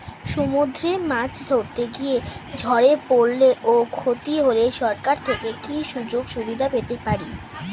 সমুদ্রে মাছ ধরতে গিয়ে ঝড়ে পরলে ও ক্ষতি হলে সরকার থেকে কি সুযোগ সুবিধা পেতে পারি?